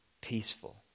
peaceful